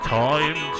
time